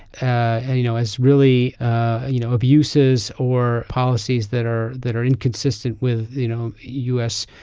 and you know it's really ah you know abuses or policies that are that are inconsistent with you know u s.